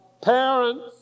parents